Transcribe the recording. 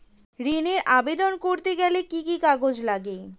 ঋণের আবেদন করতে গেলে কি কি কাগজ লাগে?